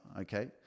okay